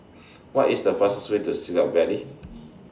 What IS The fastest Way to Siglap Valley